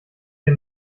der